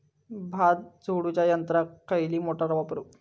भात झोडूच्या यंत्राक खयली मोटार वापरू?